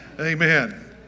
Amen